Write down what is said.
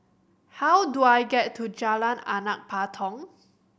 how do I get to Jalan Anak Patong